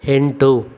ಎಂಟು